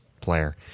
player